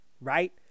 right